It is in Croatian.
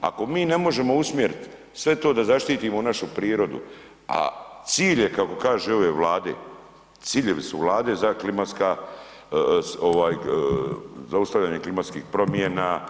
Ako mi ne možemo usmjeriti sve to da zaštitimo našu prirodu a cilj je kako kažu i ove Vlade, ciljevi su Vlade za klimatska, zaustavljanje klimatskih promjena,